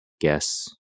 guess